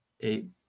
eight